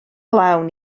lawn